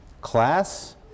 class